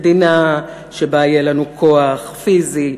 מדינה שבה יהיה לנו כוח פיזי,